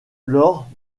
lors